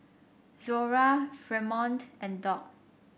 Zora Fremont and Doc